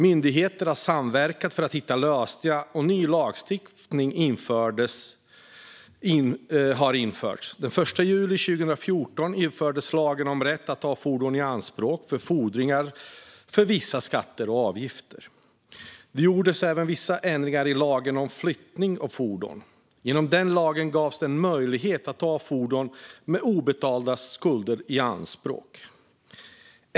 Myndigheterna har samverkat för att hitta lösningar, och ny lagstiftning har införts. Den 1 juli 2014 infördes lagen om rätt att ta fordon i anspråk för fordringar på vissa skatter och avgifter. Det gjordes även vissa ändringar i lagen om flyttning av fordon. Genom lagen om rätt att ta fordon i anspråk gavs det en möjlighet att ta fordon med obetalda skulder i anspråk.